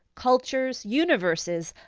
cultures, universes,